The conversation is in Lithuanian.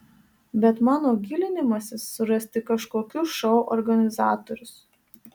bet mano gilinimasis suras tik kažkokius šou organizatorius